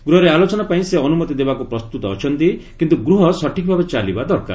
ଗୃହରେ ଆଲୋଚନା ପାଇଁ ସେ ଅନୁମତି ଦେବାକୁ ପ୍ରସ୍ତୁତ ଅଛନ୍ତି କିନ୍ତୁ ଗୃହ ସଠିକ୍ ଭାବେ ଚାଲିବା ଦରକାର